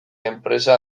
enpresa